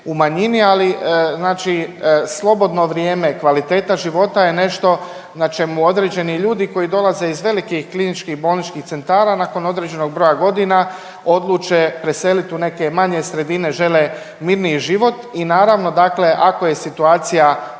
u manjini, ali znači slobodno vrijeme, kvaliteta života je nešto na čemu određeni ljudi koji dolaze iz velikih KBC-ova nakon određenog broja godina odluče preselit u neke manje sredine, žele mirniji život i naravno dakle ako je situacija